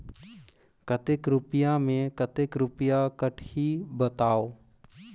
कतेक रुपिया मे कतेक रुपिया कटही बताव?